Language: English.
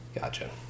Gotcha